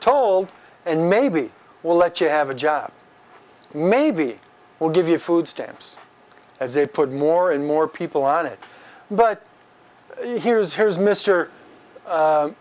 told and maybe we'll let you have a job maybe we'll give you food stamps as they put more and more people on it but here's here's mister hum